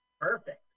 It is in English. Perfect